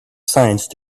science